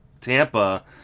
Tampa